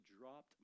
dropped